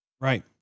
Right